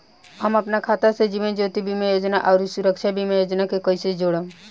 हम अपना खाता से जीवन ज्योति बीमा योजना आउर सुरक्षा बीमा योजना के कैसे जोड़म?